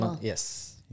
Yes